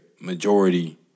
majority